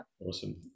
Awesome